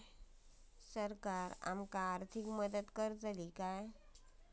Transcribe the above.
सरकार आमका आर्थिक मदत करतली?